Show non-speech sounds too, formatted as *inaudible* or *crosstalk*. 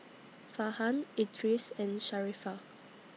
*noise* Farhan Idris and Sharifah *noise*